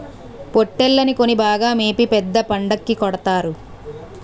పోట్టేల్లని కొని బాగా మేపి పెద్ద పండక్కి కొడతారు